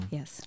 Yes